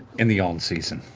in the on season.